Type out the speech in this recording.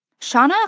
Shauna